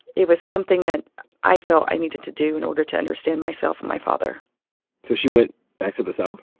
it was something that i felt i needed to do in order to understand myself and my father so she went back to the south?